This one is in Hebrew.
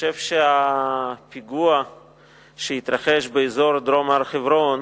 הפיגוע שהתרחש באזור דרום הר-חברון